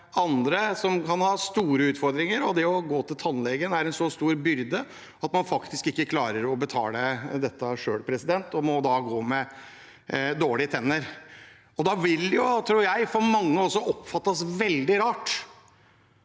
andre som kan ha store utfordringer, og der det å gå til tannlegen er en så stor byrde at man faktisk ikke klarer å betale det selv, og de må da gå med dårlige tenner. Jeg tror det for mange vil oppfattes veldig rart